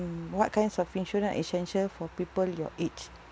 what kinds of insurance essential for people your age